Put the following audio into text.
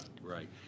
Right